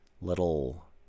little